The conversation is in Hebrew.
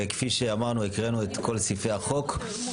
לפי סעיף 3א(ד1)